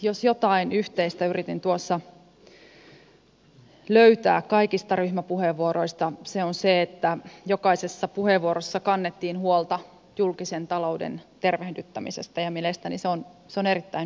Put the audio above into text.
jos jotain yhteistä yritin tuossa löytää kaikista ryhmäpuheenvuoroista se on se että jokaisessa puheenvuorossa kannettiin huolta julkisen talouden tervehdyttämisestä ja mielestäni se on erittäin hyvä asia